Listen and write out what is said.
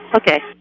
Okay